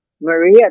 Maria